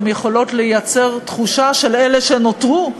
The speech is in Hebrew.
גם יכולה לייצר תחושה בקרב אלה שנותרו,